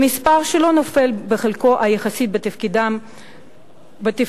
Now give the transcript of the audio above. במספר שלא נופל מחלקן היחסי בתפקידים זוטרים.